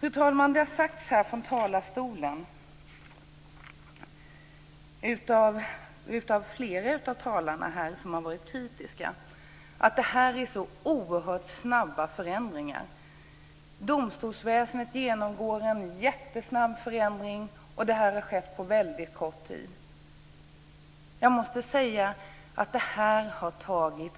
Flera av dem som här i talarstolen varit kritiska har sagt att det på detta område är så oerhört snabba förändringar. Domstolsväsendet genomgår en jättesnabb förändring och det har skett på väldigt kort tid. Men jag måste säga att det här arbetet har tagit